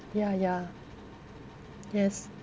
ya ya yes